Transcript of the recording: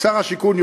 שר השיכון,